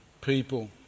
people